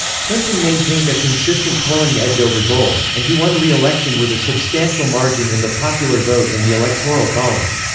clinton maintained a consistent polling edge over dole, and he won re-election with a substantial margin in the popular vote and the electoral college.